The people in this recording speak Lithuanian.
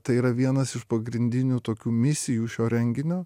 tai yra vienas iš pagrindinių tokių misijų šio renginio